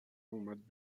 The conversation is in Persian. اومد